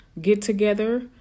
get-together